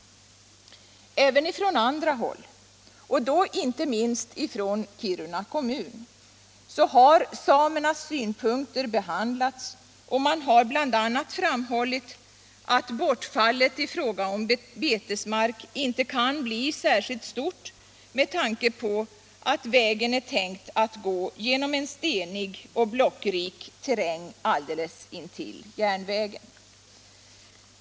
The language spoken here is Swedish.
Även från andra håll, och då inte minst från Kiruna kommun, har samernas synpunkter behandlats, och man har bl.a. framhållit att bortfallet i fråga om betesmark inte kan bli särskilt stort med tanke på att vägen är tänkt att gå genom en stenig och blockrik terräng alldeles intill järnvägen.